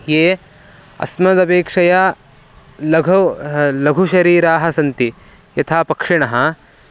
ये अस्मदपेक्षया लघौ लघुशरीराः सन्ति यथा पक्षिणः